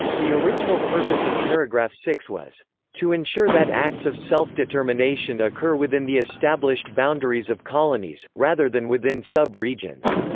the original purpose of paragraph six was to ensure that acts of self-determination occur within the established boundaries of colonies, rather than within sub-regions.